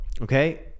Okay